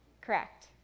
Correct